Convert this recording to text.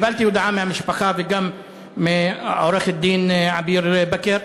קיבלתי הודעה מהמשפחה וגם מעורך-דין עביר בכר,